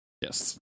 Yes